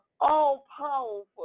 all-powerful